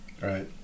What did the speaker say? right